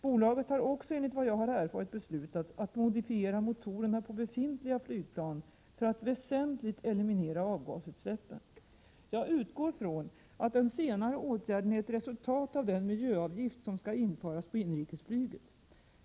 Bolaget har också enligt vad jag erfarit beslutat att modifiera motorerna på befintliga flygplan för att väsentligt eliminera avgasutsläppen. Jag utgår från att den senare åtgärden är ett resultat av den miljöavgift som skall införas på inrikesflyget.